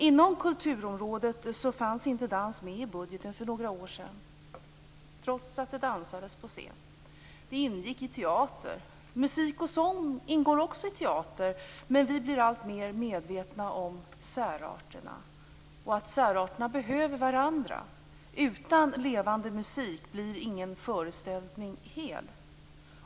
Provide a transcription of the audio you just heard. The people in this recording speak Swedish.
Inom kulturområdet fanns inte dans med i budgeten för några år sedan, trots att det dansades på scen. Den ingick i teater. Också musik och sång ingår i teater, men vi blir alltmer medvetna om särarterna och att särarterna behöver varandra. Utan levande musik blir ingen föreställning hel.